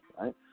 right